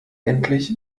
endlich